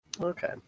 Okay